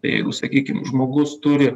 tai jeigu sakykim žmogus turi